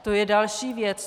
To je další věc.